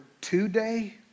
today